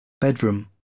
bedroom